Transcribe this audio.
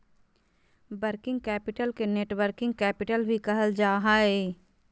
working capital के networking capital भी कहल जा हय